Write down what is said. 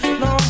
no